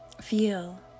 Feel